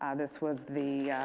ah this was the